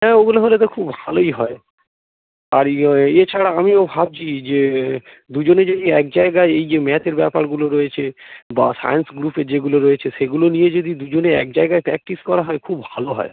হ্যাঁ ওগুলো হলে তো খুব ভালোই হয় আর ইয়ে এছাড়া আমিও ভাবছি যে দুজনে যদি এক জায়গায় এই যে ম্যাথের ব্যাপারগুলো রয়েছে বা সায়েন্স গ্রুপে যেগুলো রয়েছে সেগুলো নিয়ে যদি দুজনে এক জায়গায় প্র্যাক্টিস করা হয় খুব ভালো হয়